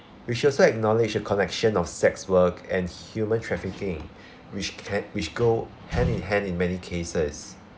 we should also acknowledge a connection of sex work and human trafficking which can which go hand in hand in many cases